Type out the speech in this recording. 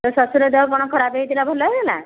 ତୋ ଶଶୁର ଦେହ କ'ଣ ଖରାପ ହେଇଥିଲା ଭଲ ହେଇଗଲା